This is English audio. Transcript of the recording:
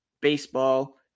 baseball